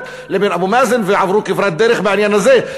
לאבו מאזן ועברו כברת דרך בעניין הזה.